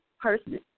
person